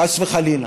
חס וחלילה.